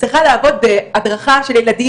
צריכה לעבוד ולהרוויח כסף,